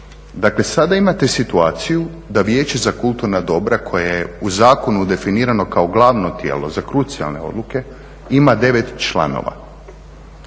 dakle sada imate situaciju da Vijeće za kulturna dobara koja je u zakonu definirano kao glavno tijelo za krucijalne odluke ima 9 članova.